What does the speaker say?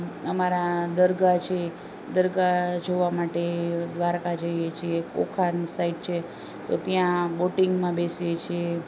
અમારા દરગાહ છે દરગાહ જોવા માટે દ્વારકા જઈએ છીએ ઓખા સાઈડ છે તો ત્યાં બોટિંગમાં બેસીએ છીએ